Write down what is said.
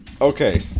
Okay